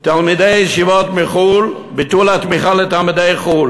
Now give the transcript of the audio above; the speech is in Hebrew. תלמידי ישיבות מחו"ל, ביטול התמיכה לתלמידי חו"ל.